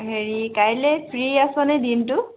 হেৰি কাইলৈ ফ্ৰী আছনে দিনটো